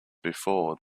before